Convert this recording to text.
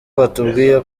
batubwiye